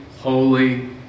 holy